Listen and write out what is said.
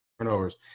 turnovers